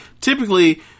typically